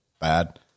bad